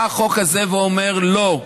בא החוק הזה ואומר: לא.